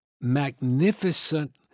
magnificent